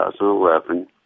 2011